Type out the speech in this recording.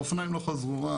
האופניים לא חזרו.